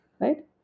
right